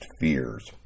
fears